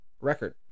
record